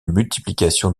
multiplication